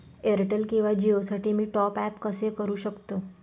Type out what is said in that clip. Airtel किंवा जिओसाठी मी टॉप ॲप कसे करु शकतो?